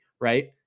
right